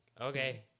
okay